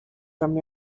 from